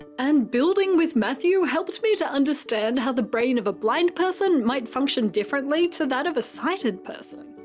and building with matthew helped me to understand how the brain of a blind person might function differently to that of a sighted person